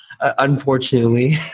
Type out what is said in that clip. Unfortunately